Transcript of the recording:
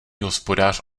hospodář